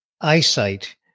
eyesight